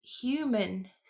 human